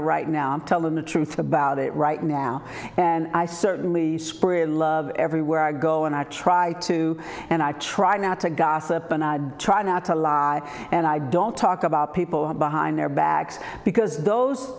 it right now i'm telling the truth about it right now and i certainly love everywhere i go and i try to and i try not to gossip and i try not to lie and i don't talk about people behind their backs because those